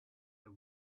the